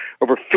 over